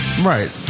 right